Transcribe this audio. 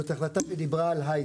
זו החלטת ממשלה שדיברה על ההייטק.